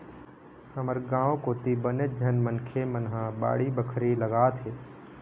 हमर गाँव कोती बनेच झन मनखे मन ह बाड़ी बखरी लगाथे